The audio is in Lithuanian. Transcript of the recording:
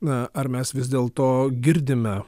na ar mes vis dėl to girdime